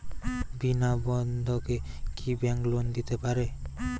বিনা বন্ধকে কি bank loan দিতে পারে?